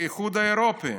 באיחוד האירופי: